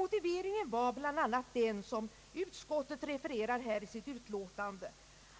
Motiveringen härför var bl.a. den som utskottet refererar i sitt utlåtande,